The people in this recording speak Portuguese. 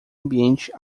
ambiente